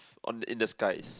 on the in the skies